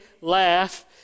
laugh